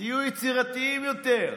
תהיו יצירתיים יותר.